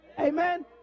Amen